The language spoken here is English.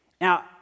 Now